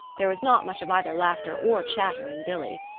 there was not much of either laughter or chatter in billy.